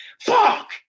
fuck